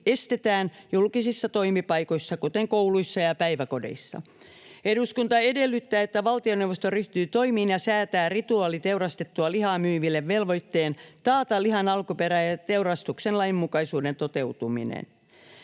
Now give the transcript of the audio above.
estetään julkisissa toimipaikoissa, kuten kouluissa ja päiväkodeissa. Eduskunta edellyttää, että valtioneuvosto ryhtyy toimiin ja säätää rituaaliteurastettua lihaa myyville velvoitteen taata lihan alkuperä ja teurastuksen lainmukaisuuden toteutuminen.